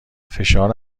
فشار